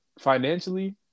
financially